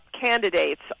candidates